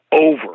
over